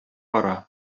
кара